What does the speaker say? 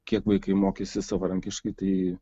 kiek vaikai mokėsi savarankiškai tai